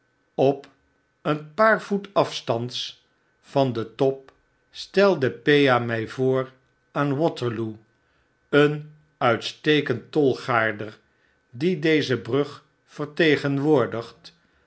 op een paar voet afstands van den top stelde pea my voor aan waterloo een uitstekend tolgaarder die deze brug vertegenwoordigt